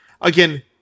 Again